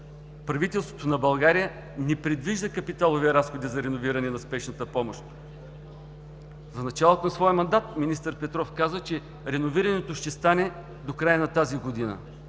Правителството на България не предвижда капиталови разходи за реновиране на спешната помощ. В началото на своя мандат министър Петров каза, че реновирането ще стане до края на тази година.